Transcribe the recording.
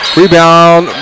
rebound